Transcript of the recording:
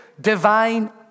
divine